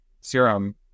serum